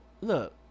look